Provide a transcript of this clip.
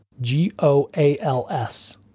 G-O-A-L-S